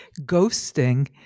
ghosting